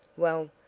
well,